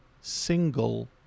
single